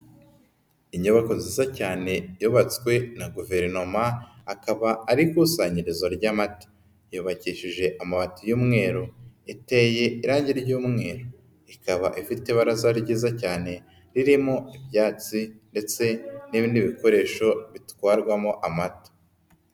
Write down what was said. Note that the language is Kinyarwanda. Inyubako nziza cyane yubatswe na guverinoma ikaba ari ikusanyirizo ry'amata, yubakishije amabati y'umweru, iteye irangi ry'umweru, ikaba ifite ibaraza ryiza cyane ririmo ibyansi ndetse n'ibindi bikoresho bitwarwamo amata.